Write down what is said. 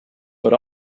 but